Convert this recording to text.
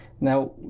Now